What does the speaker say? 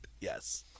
Yes